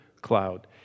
cloud